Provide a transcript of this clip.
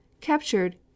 Captured